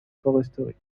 foresterie